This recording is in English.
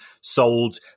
sold